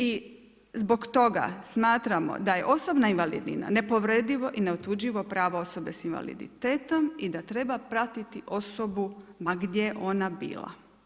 I zbog toga smatramo da je osobna invalidnina nepovredivo i neotuđivo pravo osobe sa invaliditetom i da treba pratiti osobu ma gdje god ona bila.